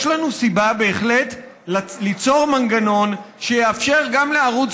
יש לנו בהחלט סיבה ליצור מנגנון שיאפשר גם לערוץ